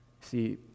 See